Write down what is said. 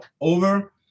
over